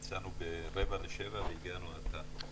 יצאנו ברבע לשבע והגענו עתה.